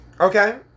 Okay